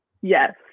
yes